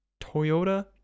Toyota